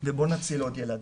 בואו נציל עוד ילדים.